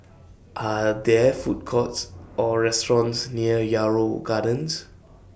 Are There Food Courts Or restaurants near Yarrow Gardens